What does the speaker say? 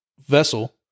vessel